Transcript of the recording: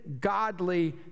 godly